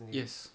yes